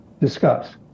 Discuss